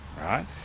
right